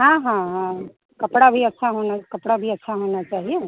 हाँ हाँ हाँ कपड़ा भी अच्छा होना कपड़ा भी अच्छा होना चाहिए